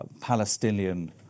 Palestinian